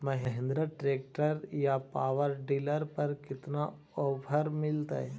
Mahindra tractor या power dealer पर कितना ओफर मीलेतय?